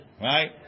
Right